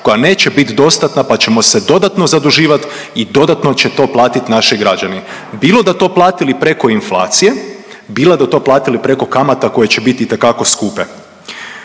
koja neće bit dostatna pa ćemo se dodatno zaduživat i dodatno će to platit naši građani. Bilo da to platili preko inflacije bilo da to platili preko kamata koje će biti itekako skupe.